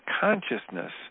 consciousness